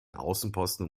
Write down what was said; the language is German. außenposten